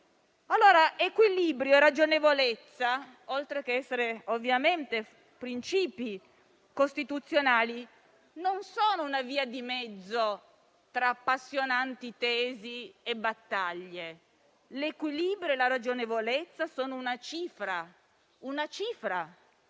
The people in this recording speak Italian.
che, insieme alla ragionevolezza, oltre ad essere ovviamente principio costituzionale, non è una via di mezzo tra appassionanti tesi e battaglie: l'equilibrio e la ragionevolezza sono una cifra, che